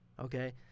Okay